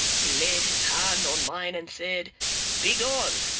he layde his hand on mine and sayd be gone!